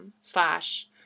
slash